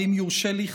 ואם יורשה לי,